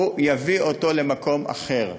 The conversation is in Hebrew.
זה יביא אותם למקום אחר,